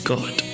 God